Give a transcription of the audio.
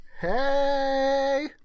Hey